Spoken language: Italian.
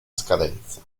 scadenza